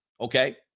Okay